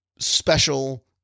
special